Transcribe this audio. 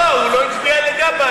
לא, הוא לא הצביע לגבאי.